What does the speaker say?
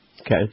Okay